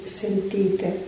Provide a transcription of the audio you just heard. sentite